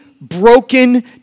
broken